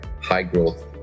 high-growth